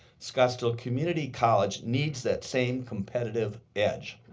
scottsdale community college needs that same competitive edge.